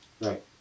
Right